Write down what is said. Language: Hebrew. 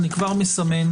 אני כבר מסמן,